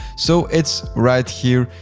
so it's right here.